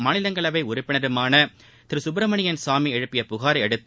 மாநிலங்களவை உறுப்பினருமான திரு சுப்பிரமணியன் சுவாமி எழுப்பிய புகானர அடுத்து